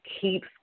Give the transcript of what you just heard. keeps